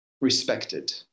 respected